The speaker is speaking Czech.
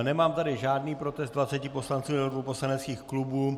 Nemám tady žádný protest 20 poslanců nebo dvou poslaneckých klubů.